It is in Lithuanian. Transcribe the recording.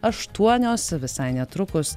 aštuonios visai netrukus